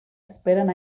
esperen